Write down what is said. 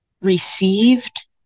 received